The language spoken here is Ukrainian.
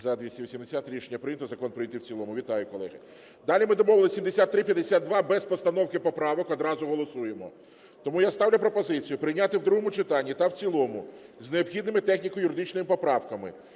За-280 Рішення прийнято. Закон прийнятий в цілому. Вітаю, колеги! Далі ми домовились: 7352 без постановки поправок, одразу голосуємо. Тому я ставлю пропозицію прийняти в другому читанні та в цілому з необхідними техніко-юридичними поправками